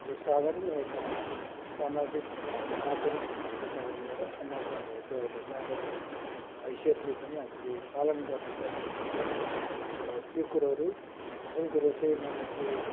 जो साधारण एउटा सामाजिक नागारिक भएको कारणले गर्दा समाजमा भएको एउटा नागरिकको हैसियतले पनि हामीले पालन गर्नुपर्ने हुन्छ तर त्यो कुरोहरू जुन कुरो चाहिँ मानिसले